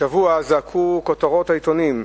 השבוע זעקו כותרות העיתונים: